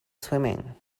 swimming